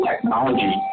technology